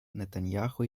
нетаньяху